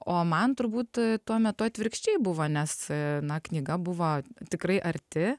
o man turbūt tuo metu atvirkščiai buvo nes na knyga buvo tikrai arti